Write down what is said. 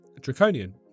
draconian